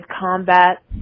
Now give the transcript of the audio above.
combat